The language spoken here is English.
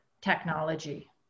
technology